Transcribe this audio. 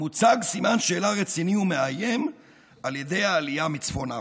"לעומת זאת מוצג סימן שאלה רציני ומאיים על ידי העלייה מצפון אפריקה,